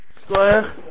Square